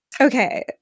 Okay